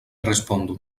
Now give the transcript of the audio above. respondu